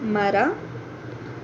ಮರ